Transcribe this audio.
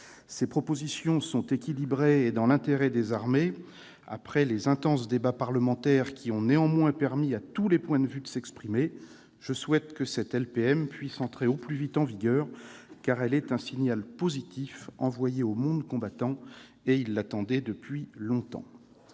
Ces propositions sont équilibrées et vont dans l'intérêt des armées. Après les intenses débats parlementaires, qui ont néanmoins permis à tous les points de vue de s'exprimer, je souhaite que cette LPM puisse entrer au plus vite en vigueur, car elle est un signal positif envoyé au monde combattant, qui l'attendait depuis longtemps.